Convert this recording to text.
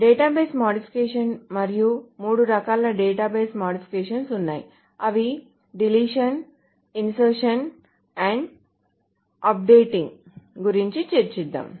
database modifications మరియు మూడు రకాల డేటాబేస్ మోడిఫికేషన్స్ ఉన్నాయి అవి డిలీషన్ ఇన్సర్షన్ మరియు అప్ డేటింగ్ గురించి చర్చిద్దాము